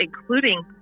including